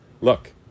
look